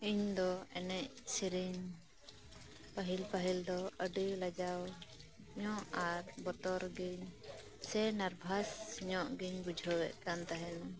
ᱤᱧ ᱫᱚ ᱮᱱᱮᱡ ᱥᱮᱨᱮᱧ ᱯᱟᱹᱦᱤᱞ ᱯᱟᱹᱦᱤᱞ ᱫᱚ ᱟᱹᱰᱤ ᱞᱟᱡᱟᱣ ᱧᱚᱜ ᱟᱨ ᱵᱚᱛᱚᱨᱜᱮ ᱥᱮ ᱱᱟᱨᱵᱷᱟᱥ ᱧᱚᱜ ᱜᱮᱧ ᱵᱩᱡᱷᱟᱹᱣ ᱮᱫ ᱛᱟᱸᱦᱮᱱᱟ